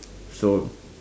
so